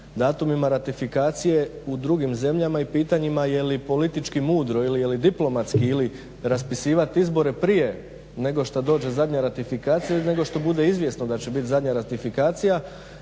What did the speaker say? datumima ratifikacije u drugim zemljama i pitanjima je li politički mudro ili je li diplomatski, ili raspisivati izbore prije nego što dođe zadnja ratifikacije, i prije nego što bude izvjesno da će biti zadnja ratifikacija.